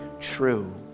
true